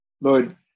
Lord